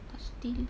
but still